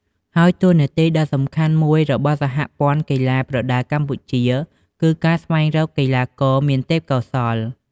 ហើយតួនាទីដ៏សំខាន់មួយរបស់សហព័ន្ធកីឡាប្រដាល់កម្ពុជា គឺការស្វែងរកកីឡាករមានទេពកោសល្យ។